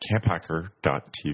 camphacker.tv